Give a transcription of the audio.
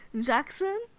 Jackson